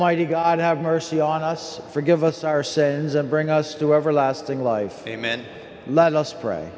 almighty god have mercy on us forgive us our says and bring us to everlasting life amen let us pray